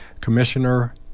Commissioner